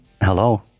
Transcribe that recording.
hello